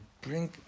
bring